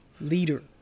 leader